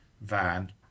van